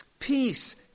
Peace